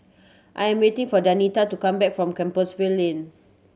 I'm waiting for Danita to come back from Compassvale Lane